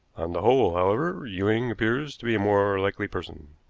on the whole, however, ewing appears to be a more likely person.